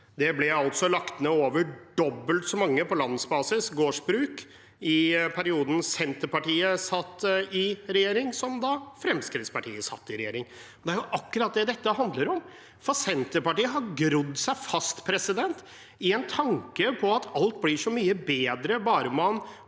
Det ble altså lagt ned over dobbelt så mange gårdsbruk på landsbasis i perioden Senterpartiet satt i regjering som da Fremskrittspartiet satt i regjering. Det er akkurat det dette handler om. Senterpartiet har grodd fast i en tanke om at alt blir så mye bedre bare man